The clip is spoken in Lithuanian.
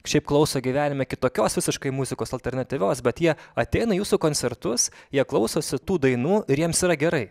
šiaip klauso gyvenime kitokios visiškai muzikos alternatyvios bet jie ateina į jūsų koncertus jie klausosi tų dainų ir jiems yra gerai